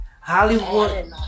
Hollywood